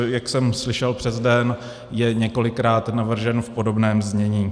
Jak jsem slyšel přes den, je už několikrát navržen v podobném znění.